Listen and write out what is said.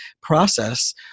process